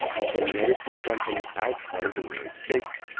of the united fruit company outside of the united states,